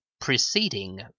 preceding